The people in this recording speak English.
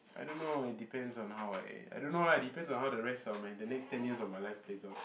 I don't know it depends on how I I don't know lah it depends on how the rest of my the next ten years of my life plays out